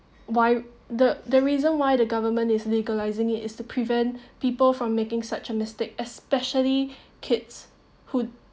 why the the reason why the government is legalizing it is to prevent people from making such a mistake especially kids who